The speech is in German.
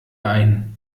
ein